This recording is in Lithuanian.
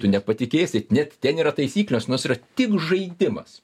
tu nepatikėsi net ten yra taisyklės nors yra tik žaidimas